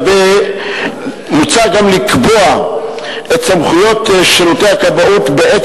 מוצע גם לקבוע את סמכויות שירותי הכבאות בעת